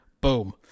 Boom